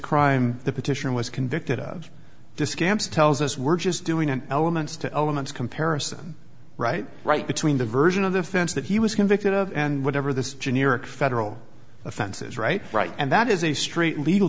crime the petition was convicted of disc amps tells us we're just doing an elements to elements comparison right right between the version of the fence that he was convicted of and whatever the generic federal offense is right right and that is a straight legal